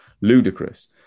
ludicrous